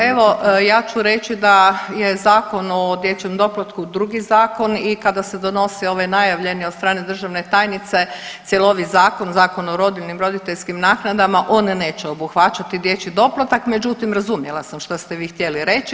Evo ja ću reći da je Zakon o dječjem doplatku drugi zakon i kada se donosi ovaj najavljeni od strane državne tajnice cjelovit zakon, Zakon o rodiljnim i roditeljskim naknadama on neće obuhvaćati dječji doplatak, međutim razumjela sam šta ste vi htjeli reći.